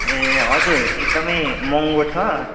ए हजुर एकदम महँगो छ